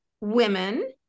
women